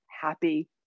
happy